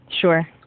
Sure